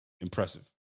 Impressive